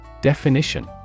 Definition